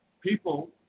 people